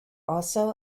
also